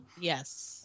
yes